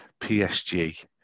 PSG